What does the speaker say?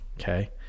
Okay